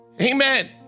Amen